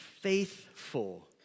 faithful